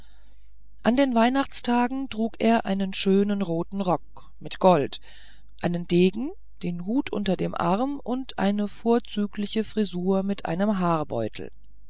an den weihnachtstagen trug er einen schönen roten rock mit gold einen degen den hut unter dem arm und eine vorzügliche frisur mit einem